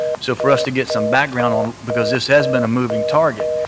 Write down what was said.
so for us to get some background um because this has been a moving target.